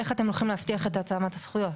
איך אתם הולכים להבטיח את העצמת הזכויות?